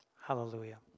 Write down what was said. Hallelujah